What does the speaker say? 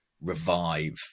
revive